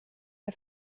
der